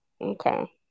Okay